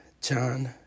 John